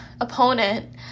opponent